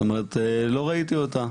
לא ראיתי אותה.